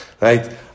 Right